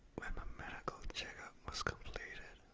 ah medical checkup was completed,